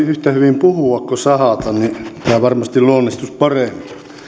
yhtä hyvin puhua kuin sahata niin tämä varmasti luonnistuisi paremmin